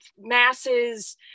masses